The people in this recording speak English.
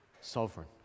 sovereign